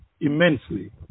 immensely